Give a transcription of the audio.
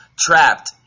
trapped